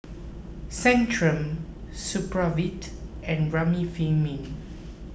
Centrum Supravit and Remifemin